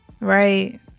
Right